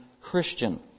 Christian